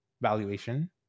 valuation